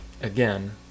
again